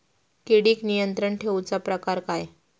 किडिक नियंत्रण ठेवुचा प्रकार काय?